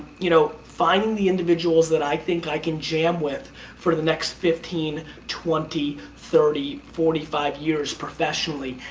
you know, finding the individuals that i think i can jam with for the next fifteen, twenty, thirty, forty five years professionally.